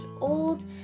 old